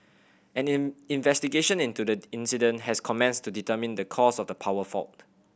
an in investigation into the incident has commenced to determine the cause of the power fault